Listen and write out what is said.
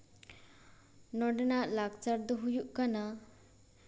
ᱱᱚᱸᱰᱮᱱᱟᱜ ᱞᱟᱠᱪᱟᱨ ᱫᱚ ᱦᱩᱭᱩᱜ ᱠᱟᱱᱟ